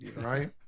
right